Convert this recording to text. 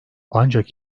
ancak